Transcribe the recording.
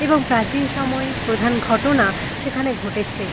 এবং প্রাচীন সময়ের প্রধান ঘটনা সেখানে ঘটেছে